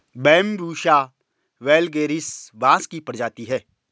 Bambusa vulgaris बाँस की प्रजाति है